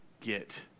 get